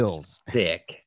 thick